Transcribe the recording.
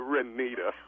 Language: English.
Renita